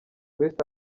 west